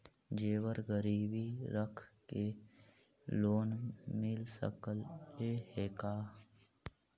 जेबर गिरबी रख के लोन मिल सकले हे का?